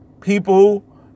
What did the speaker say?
people